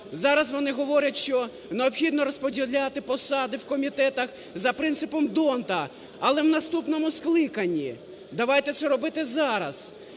Зараз вони говорять, що необхідно розподіляти посади в комітетах за принципом д'Ондта, але в наступному скликанні. Давайте це робити зараз.